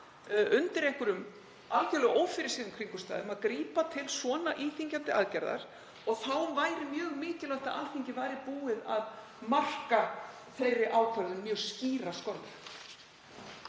undir einhverjum algerlega ófyrirséðum kringumstæðum, að grípa til svona íþyngjandi aðgerðar. Þá væri mjög mikilvægt að Alþingi væri búið að marka þeirri ákvörðun mjög skýrar skorður.